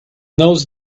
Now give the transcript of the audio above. those